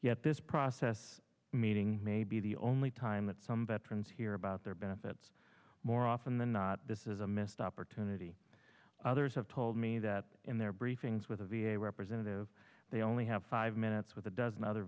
yet this process meeting may be the only time that some veterans hear about their benefits more often than not this is a missed opportunity others have told me that in their briefings with the v a representative they only have five minutes with a dozen other